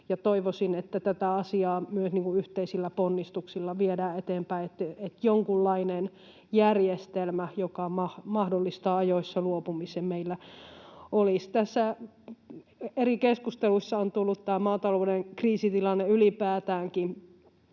Toivoisin, että tätä asiaa myös yhteisillä ponnistuksilla viedään eteenpäin, että jonkunlainen järjestelmä, joka mahdollistaa ajoissa luopumisen, meillä olisi. Tässä eri keskusteluissa on tullut tämä maatalouden kriisitilanne ylipäätäänkin